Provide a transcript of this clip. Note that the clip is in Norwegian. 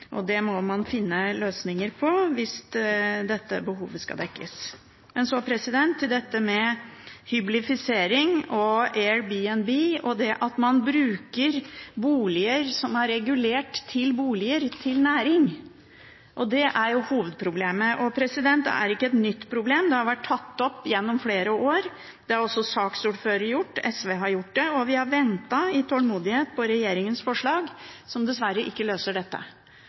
og det må man finne løsninger på hvis dette behovet skal dekkes. Så til dette med hyblifisering, Airbnb og at man bruker boliger som er regulert til boliger, til næring. Det er hovedproblemet. Det er ikke et nytt problem, det har vært tatt opp gjennom flere år. Det har også saksordføreren gjort, SV har gjort det, og vi har ventet i tålmodighet på regjeringens forslag, som dessverre ikke løser dette.